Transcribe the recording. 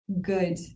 good